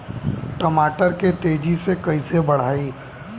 टमाटर के तेजी से कइसे बढ़ाई?